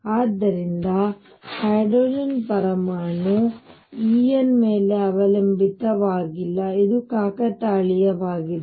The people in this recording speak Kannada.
ಆದ್ದರಿಂದ ಹೈಡ್ರೋಜನ್ ಪರಮಾಣು En ಮೇಲೆ ಅವಲಂಬಿತವಾಗಿಲ್ಲ ಇದು ಕಾಕತಾಳೀಯವಾಗಿದೆ